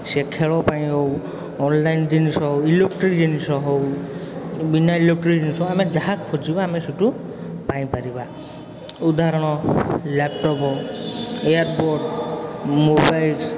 ସେ ଖେଳ ପାଇଁ ହେଉ ଅନଲାଇନ୍ ଜିନିଷ ହେଉ ଇଲେକ୍ଟ୍ରିକ୍ ଜିନିଷ ହେଉ ବିନା ଇଲେକ୍ଟ୍ରିକ୍ ଜିନିଷ ଆମେ ଯାହା ଖୋଜିବା ଆମେ ସେଇଠୁ ପାଇପାରିବା ଉଦାହରଣ ଲାପଟପ୍ ଏୟାର୍ପଡ଼ ମୋବାଇଲ୍ ସ